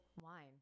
wine